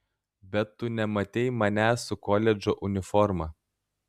bet tu nematei manęs su koledžo uniforma